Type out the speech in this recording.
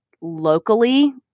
locally